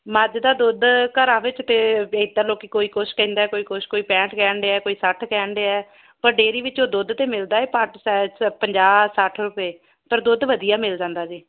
ਮੱਝ ਦਾ ਦੁੱਧ ਘਰਾਂ ਵਿੱਚ ਅਤੇ ਇਦਾਂ ਲੋਕੀ ਕੋਈ ਕੁਝ ਕਹਿੰਦਾ ਕੋਈ ਕੁਝ ਕੋਈ ਪੈਂਠ ਕਹਿ ਅੰਡਿਆ ਕੋਈ ਸੱਠ ਕਹਿ ਅੰਡਿਆ ਪਰ ਡੇਅਰੀ ਵਿੱਚੋਂ ਦੁੱਧ ਤੇ ਮਿਲਦਾ ਹੈ ਪੰਜਾਹ ਸੱਠ ਰੁਪਏ ਪਰ ਦੁੱਧ ਵਧੀਆ ਮਿਲ ਜਾਂਦਾ ਜੇ